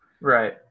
right